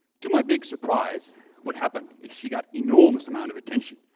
to my big surprise what happened is she got enormous amount of attention.